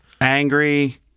angry